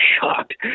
shocked